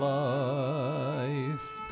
life